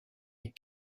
est